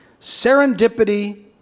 Serendipity